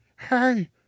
Hey